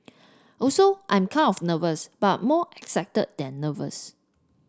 also I'm kind of nervous but more excited than nervous